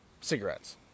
cigarettes